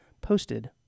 posted